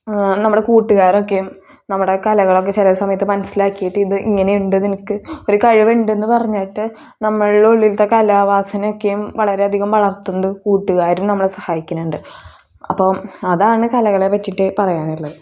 നമ്മുടെ കൂട്ടുകാരൊക്കെ നമ്മുടെ കലകളൊക്കെ ചില സമയത്ത് മനസ്സിലാക്കിയിട്ട് ഇത് ഇങ്ങനെയുണ്ട് നിനക്ക് ഒരു കഴിവുണ്ടെന്ന് പറഞ്ഞിട്ട് നമ്മളുടെ ഉള്ളിലത്തെ കലാവാസനെയൊക്കെയും വളരെയധികം വളർത്തുന്നത് കൂട്ടുകാരും നമ്മളെ സഹായിക്കുണുണ്ട് അപ്പം അതാണ് കലകളെ പറ്റിയിട്ട് പറയാനുള്ളത്